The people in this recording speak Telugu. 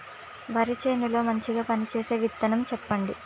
వరి చేను లో మంచిగా పనిచేసే విత్తనం చెప్పండి?